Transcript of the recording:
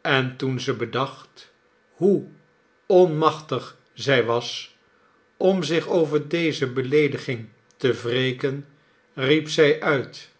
en toen zij bedacht hoe onmachtig zij was om zich over deze beleediging te wreken riep zij uit